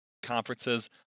conferences